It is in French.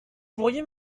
pourriez